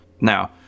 Now